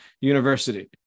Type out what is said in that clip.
University